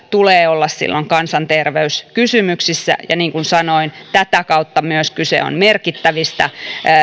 tulee olla kansanterveyskysymyksissä ja niin kuin sanoin tätä kautta kyse on myös merkittävistä